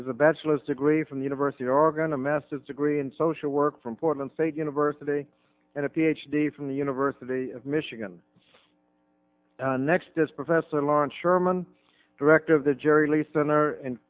is a bachelor's degree from the university of oregon a massive degree in social work from portland state university and a ph d from the university of michigan next as professor lawn sherman director of the jerry lee center in